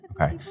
Okay